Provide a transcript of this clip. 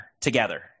together